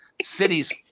cities